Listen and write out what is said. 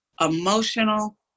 emotional